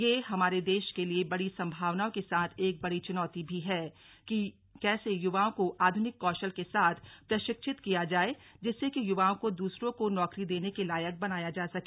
यह हमारे देश के लिए बड़ी सम्भावनाओं के साथ एक बड़ी चुनौती भी है कि कैसे युवाओं को आधुनिक कौशल के साथ प्रशिक्षित किया जाय जिससे कि युवाओं को दूसरों को नौकरी देने के लायक बनाया जा सके